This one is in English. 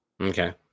Okay